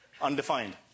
Undefined